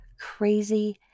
crazy